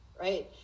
right